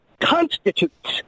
constitutes